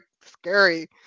scary